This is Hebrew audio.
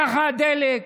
ככה הדלק,